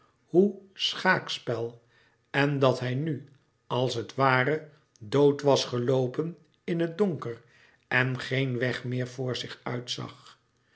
hoe schaakspel en dat hij nu als het ware dood was geloopen in het donker en geen weg meer voor zich uit zag